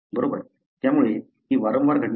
त्यामुळे ही वारंवार घडणारी घटना आहे